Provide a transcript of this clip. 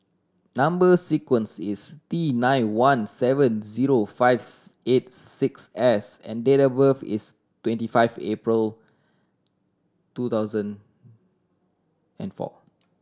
number sequence is T nine one seven zero five eight six S and date of birth is twenty five April two thousand and four